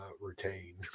retain